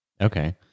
Okay